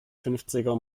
fünfziger